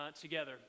together